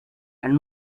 and